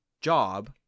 job